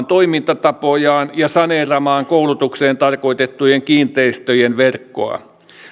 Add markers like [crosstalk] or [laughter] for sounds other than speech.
[unintelligible] toimintatapojaan ja saneeraamaan koulutukseen tarkoitettujen kiinteistöjen verkkoa